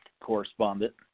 correspondent